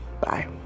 Bye